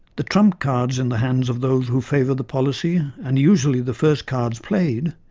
the trump cards in the hands of those who favour the policy and usually the first cards played,